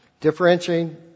Differentiating